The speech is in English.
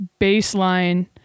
baseline